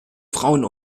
frauen